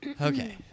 okay